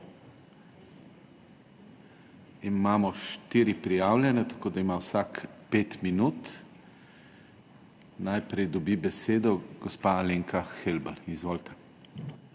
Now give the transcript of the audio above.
Imamo štiri prijavljene, tako da ima vsak pet minut. Najprej dobi besedo gospa Alenka Helbl. Izvolite.